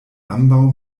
ambaŭ